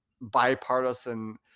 bipartisan